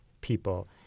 people